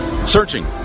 Searching